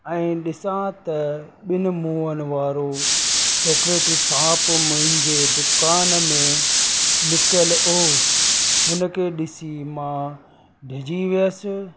ऐं ॾिसां त ॿिनि मुंहनि वारो चॉकलेटी सांप मुंहिंजे दुकान में लिकियलु हो उनखे ॾिसी मां डिॼी वियसि